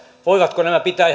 voivatko nämä pitää